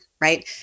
right